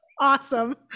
Awesome